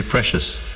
Precious